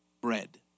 bread